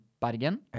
Bergen